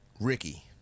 Ricky